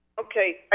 Okay